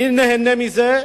מי נהנה מזה?